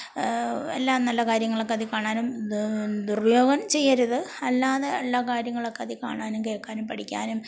എല്ലാം നല്ല കാര്യങ്ങളൊക്കെ അതി കാണാനും ദുർയോഗം ചെയ്യരുത് അല്ലാതെ എല്ലാ കാര്യങ്ങളൊക്കെ അതിൽ കാണാനും കേൾക്കാനും പഠിക്കാനും